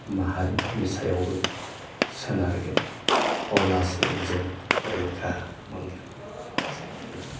माहारिफोरनि सायावबो सोनारगोन अब्लासो जों रैखा मोनगोन एसेनोसै गोजोनथों